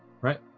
Right